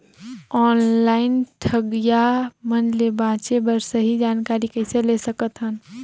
Online ठगईया मन ले बांचें बर सही जानकारी कइसे ले सकत हन?